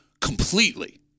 completely